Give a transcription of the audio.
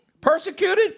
persecuted